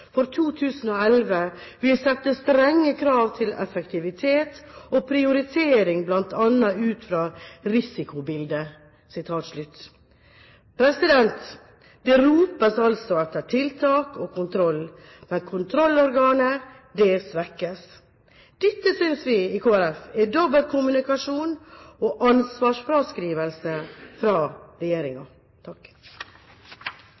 for 2011 vil sette strenge krav til effektivitet og prioritering blant annet ut fra risikobildet.» Det ropes altså etter tiltak og kontroll, men kontrollorganet svekkes. Dette synes vi i Kristelig Folkeparti er dobbeltkommunikasjon og ansvarsfraskrivelse fra